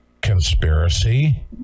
conspiracy